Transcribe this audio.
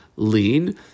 Lean